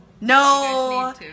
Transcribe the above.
No